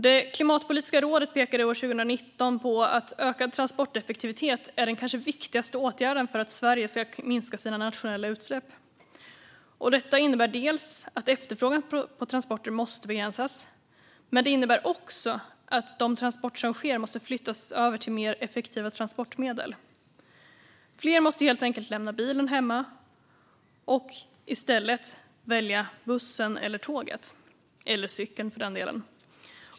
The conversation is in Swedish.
Det klimatpolitiska rådet pekade 2019 på att ökad transporteffektivitet är den kanske viktigaste åtgärden för att Sverige ska minska sina nationella utsläpp. Detta innebär dels att efterfrågan på transporter måste begränsas, dels att de transporter som sker måste flyttas över till mer effektiva transportmedel. Fler måste helt enkelt lämna bilen hemma och i stället välja buss, tåg eller cykel.